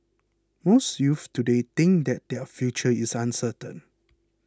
most youths today think that their future is uncertain